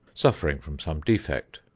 suffering from some defect.